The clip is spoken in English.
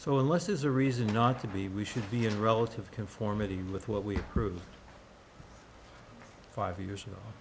so unless there's a reason not to be we should be a relative conformity with what we grew five years ago